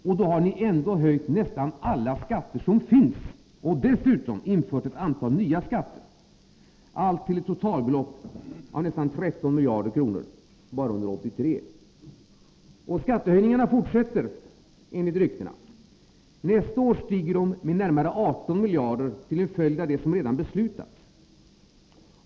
Och då har ni ändå höjt nästan alla skatter som finns och dessutom infört ett antal nya skatter allt till ett totalbelopp av nästan 13 miljarder kronor, bara under 1983. Skattehöjningarna fortsätter — enligt ryktena. Nästa år stiger de med närmare 18 miljarder till följd av det som redan beslutats.